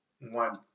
one